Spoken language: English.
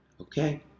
Okay